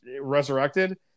resurrected